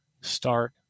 start